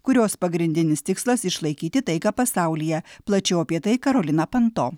kurios pagrindinis tikslas išlaikyti taiką pasaulyje plačiau apie tai karolina panto